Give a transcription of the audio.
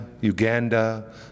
Uganda